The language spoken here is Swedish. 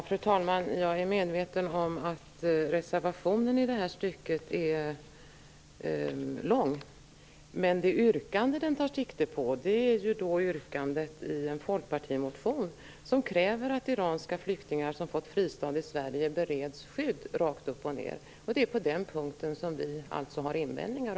Fru talman! Jag är medveten om att reservationen i det här fallet är lång, men det yrkande som den innehåller är hämtat från en folkpartimotion, där det krävs att iranska flyktingar som har fått fristad i Sverige rakt upp och ned bereds skydd. Det är på den punkten som vi har invändningar.